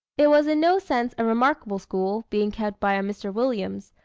it was in no sense a remarkable school, being kept by a mr. williams,